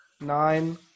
nine